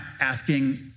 asking